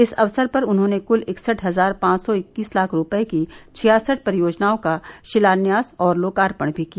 इस अवसर पर उन्होंने कुल इकसठ हजार पांच सौ इक्कीस लाख रुपये की छियासठ परियोजनाओं का शिलान्यास व लोकार्पण भी किया